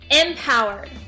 empowered